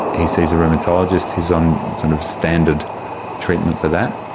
he sees a rheumatologist, he is on sort of standard treatment for that.